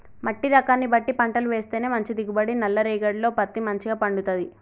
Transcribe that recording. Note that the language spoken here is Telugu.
మట్టి రకాన్ని బట్టి పంటలు వేస్తేనే మంచి దిగుబడి, నల్ల రేగఢీలో పత్తి మంచిగ పండుతది